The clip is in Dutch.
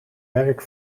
werk